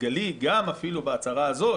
תגלי גם אפילו בהצהרה הזו,